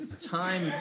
Time